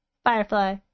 Firefly